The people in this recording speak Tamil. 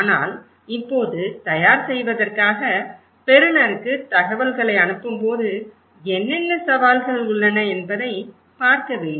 ஆனால் இப்போது தயார் செய்வதற்காக பெறுநருக்கு தகவல்களை அனுப்பும்போது என்னென்ன சவால்கள் உள்ளன என்பதைப் பார்க்க வேண்டும்